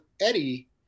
eddie